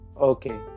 okay